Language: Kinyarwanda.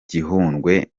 gihundwe